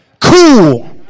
Cool